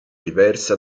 diversa